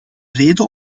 reden